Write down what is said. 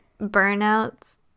burnouts